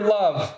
love